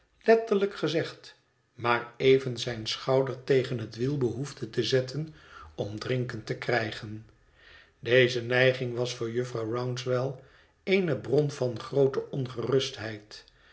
letterlijk gezegd maar even zijn schouder tegen het wiel behoefde te zetten om drinken te krijgen deze neiging was voor jufvrouw rouncewell eene bron van groote